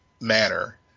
manner